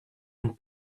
and